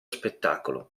spettacolo